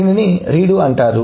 దీనిని రీడో అంటారు